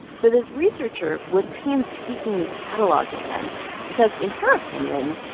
so this researcher was painstakingly cataloguing them because, in her opinion,